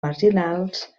marginals